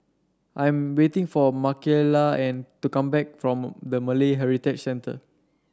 I'm waiting for Makaila and to come back from the Malay Heritage Centre